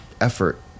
effort